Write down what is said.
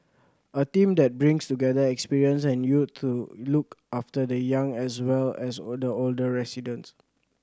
a team that brings together experience and youth to look after the young as well as older older residents